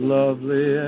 lovely